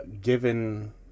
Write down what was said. given